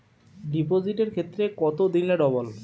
ডিপোজিটের ক্ষেত্রে কত দিনে ডবল?